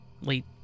late